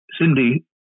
Cindy